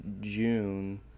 June